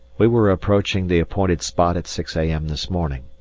we were approaching the appointed spot at six a m. this morning,